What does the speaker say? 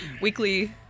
Weekly